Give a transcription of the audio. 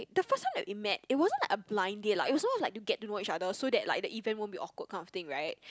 the first time that we met it wasn't like a blind date lah it was someone like to get to know each other so that like the event won't be awkward kind of thing right